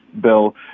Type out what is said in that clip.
bill